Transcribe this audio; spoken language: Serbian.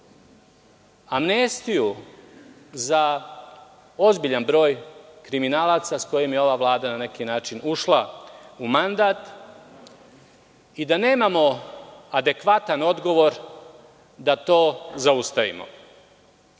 amnestiju za ozbiljan broj kriminalaca sa kojima je ova vlada na neki način ušla u mandata i da nemamo adekvatan odgovor da to zaustavimo. Nije